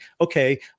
okay